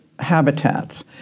habitats